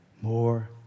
more